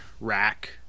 rack